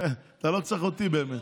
אתה לא צריך אותי באמת.